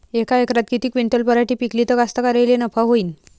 यका एकरात किती क्विंटल पराटी पिकली त कास्तकाराइले नफा होईन?